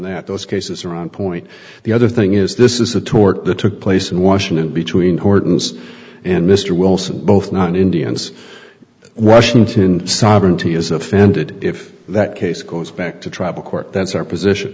that those cases are on point the other thing is this is a tort the took place in washington between gordon's and mr wilson both not indians and washington sovereignty is offended if that case goes back to tribal court that's our position